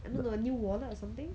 I don't know a new wallet or something